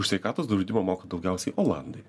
už sveikatos draudimą moka daugiausiai olandai